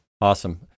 Awesome